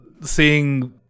seeing